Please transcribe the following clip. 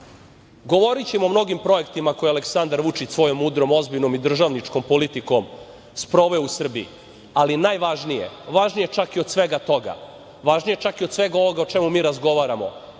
glavu. Govorićemo o mnogim projektima koje je Aleksandar Vučić svom mudrom ozbiljnom i državničkom politikom sproveo u Srbiji, ali najvažnije, važnije čak od svega toga, važnije čak i od svega ovoga o čemu mi razgovaramo,